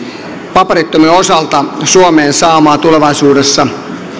paperittomien osalta tulla suomeen saamaan tulevaisuudessa